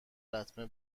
لطمه